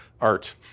art